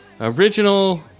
original